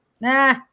Nah